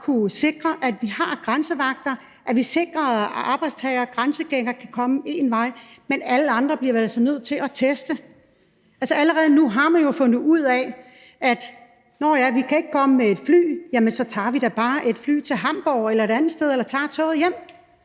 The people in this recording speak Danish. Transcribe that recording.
at vi har grænsevagter, at vi sikrer, at arbejdstagere og grænsegængere kan komme én vej, men alle andre bliver vi altså nødt til at teste. Allerede nu har man jo fundet ud af, at, nåh ja, hvis man ikke kan komme med et fly, så tager man da bare et fly til Hamborg eller et andet sted eller tager toget hjem.